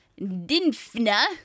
Dinfna